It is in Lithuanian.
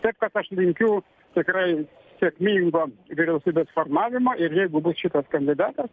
taip kad aš linkiu tikrai sėkmingo vyriausybės formavimo ir jeigu bus šitas kandidatas